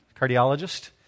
cardiologist